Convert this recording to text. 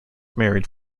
married